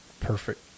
perfect